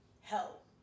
help